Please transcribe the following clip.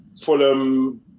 Fulham